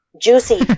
Juicy